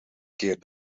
keer